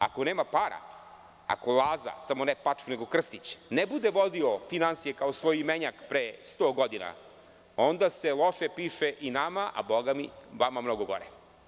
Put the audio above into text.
Ako nema para, ako Laza, samo ne Pačuj, nego Krstić, ne bude vodio finansije kao svoj imenjak pre 100 godina, onda se loše piše i nama, a boga mi vama mnogo gore.